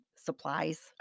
Supplies